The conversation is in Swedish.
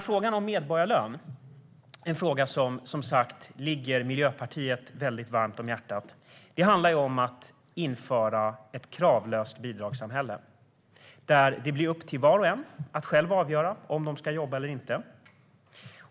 Frågan om medborgarlön ligger som sagt Miljöpartiet varmt om hjärtat. Det handlar om att införa ett kravlöst bidragssamhälle där det blir upp till var och en att själv avgöra om man ska jobba eller inte.